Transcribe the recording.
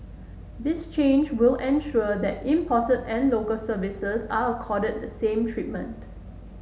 this change will ensure that imported and Local Services are accorded the same treatment